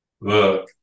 Look